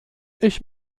ich